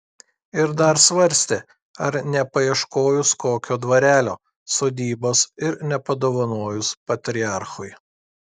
ir dar svarstė ar nepaieškojus kokio dvarelio sodybos ir nepadovanojus patriarchui